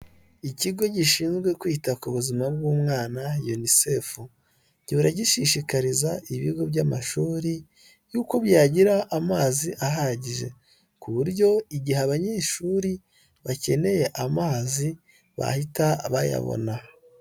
Ikigo gishinzwe kwita ku buzima bw'umwana unicef, gihora gishishikariza ibigo by'amashuri yuko byagira amazi ahagije; ku buryo igihe abanyeshuri bakeneye amazi bahita bayabona.